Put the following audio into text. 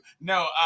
No